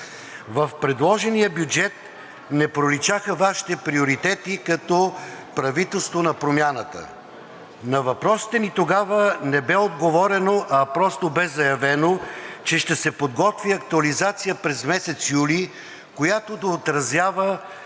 В предложения бюджет не проличаха Вашите приоритети като правителство на Промяната. На въпросите ни тогава не бе отговорено, а просто бе заявено, че ще се подготви актуализация през месец юли, която да отразява